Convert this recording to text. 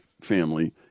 family